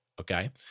okay